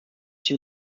two